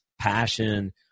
passion